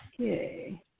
Okay